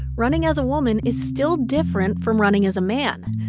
running as a woman is still different from running as a man.